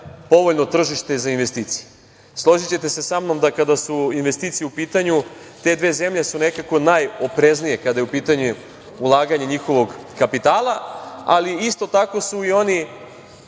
povoljno tržište za investicije. Složićete se sa mnom da kada su investicije u pitanju, te dve zemlje su nekako najopreznije kada je u pitanju ulaganje njihovog kapitala, ali isto tako su i oni